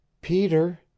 Peter